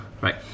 Right